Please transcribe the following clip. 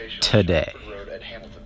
today